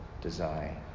design